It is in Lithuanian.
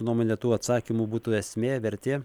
nuomone tų atsakymų būtų esmė vertė